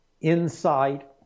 insight